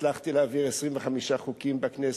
הצלחתי להעביר 25 חוקים בכנסת,